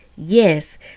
Yes